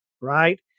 right